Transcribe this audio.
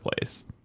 place